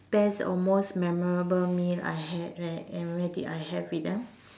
best or most memorable meal I had right and where did I have it ah